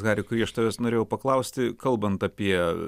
hari kurį aš tavęs norėjau paklausti kalbant apie